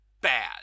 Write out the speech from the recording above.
bad